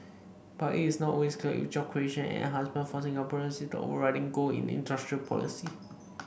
but it is not always clear if job creation and enhancement for Singaporeans is the overriding goal in industrial policy